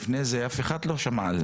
לפני זה אף אחד לא שמע.